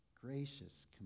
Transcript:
gracious